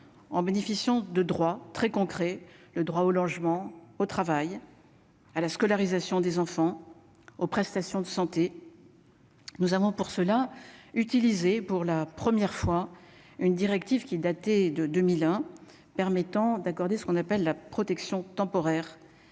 en bénéficiant de droits très concret, le droit au logement, au travail à la scolarisation des enfants aux prestations de santé. Nous avons pour cela utilisé pour la première fois une directive qui datait de 2001 permettant d'accorder ce qu'on appelle la protection temporaire